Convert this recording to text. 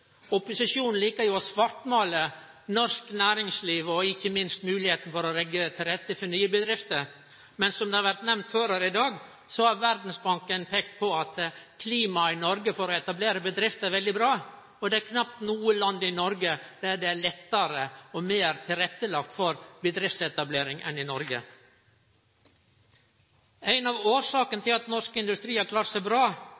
Opposisjonen likar å svartmale norsk næringsliv og ikkje minst moglegheita for å leggje til rette for nye bedrifter, men som det har vore nemnt før her i dag, har Verdsbanken peika på at klimaet i Noreg for å etablere bedrifter er veldig bra, og det er knapt noko land i verda der det er lettare og meir tilrettelagt for bedriftsetablering, enn i Noreg. Ei av årsakene til at norsk industri har klart seg bra,